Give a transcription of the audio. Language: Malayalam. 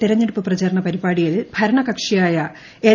തിരഞ്ഞെടുപ്പ് പ്രചാരണ പരിപാടിയിൽ ഭരണകക്ഷിയായ എൽ